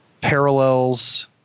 Parallels